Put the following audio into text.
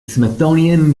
smithsonian